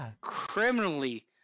criminally